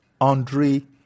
Andre